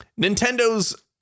Nintendo's